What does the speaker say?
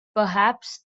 perhaps